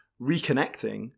reconnecting